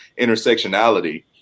intersectionality